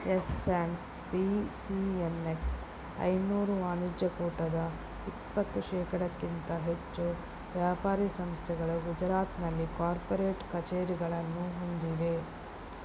S and P C N X ಐನೂರು ವಾಣಿಜ್ಯಕೂಟದ ಇಪ್ಪತ್ತು ಶೇಕಡಕ್ಕಿಂತ ಹೆಚ್ಚು ವ್ಯಾಪಾರಿ ಸಂಸ್ಥೆಗಳು ಗುಜರಾತ್ನಲ್ಲಿ ಕಾರ್ಪೊರೇಟ್ ಕಚೇರಿಗಳನ್ನು ಹೊಂದಿವೆ